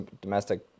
domestic